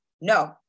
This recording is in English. no